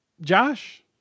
josh